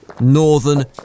northern